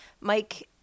Mike